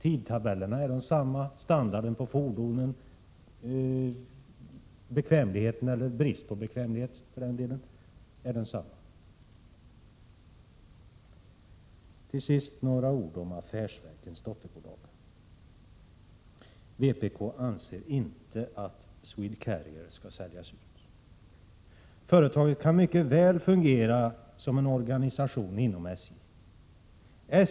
Tidtabellerna är desamma, standarden på fordonen, bekvämligheten — eller bristen på bekvämlighet för den delen — är densamma. Till sist några ord om affärsverkens dotterbolag. Vpk anser inte att Swedcarrier skall säljas ut. Företaget kan mycket väl fungera som en organisation inom SJ.